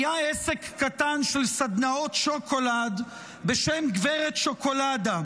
היה עסק קטן של סדנאות שוקולד בשם "גברת שוקולדה"